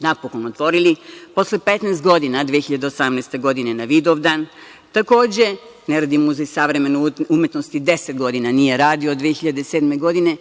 napokon otvorili. Posle 15. godine, 2018. godine na Vidovdan. Takođe, ne radi Muzej savremene umetnosti, deset godina nije radio, od 2007. godine,